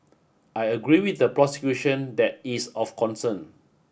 I agree with the prosecution that is of concern